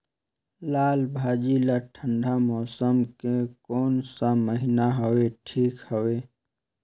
लालभाजी ला ठंडा मौसम के कोन सा महीन हवे ठीक हवे?